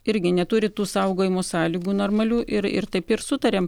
irgi neturi tų saugojimo sąlygų normalių ir ir taip ir sutarėm